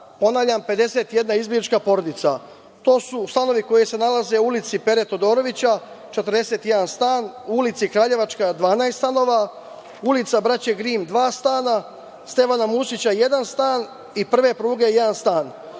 ponavljam 51 izbeglička porodica. To su stanovi koji se nalaze u ulici Pere Todorovića 41 stan, u ulici Kraljevačka 12 stanova, ulica Braće Grim dva stana, Stevana Musića jedan stan i Prve Pruge jedan